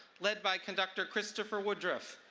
led by conductor christopher woodruff.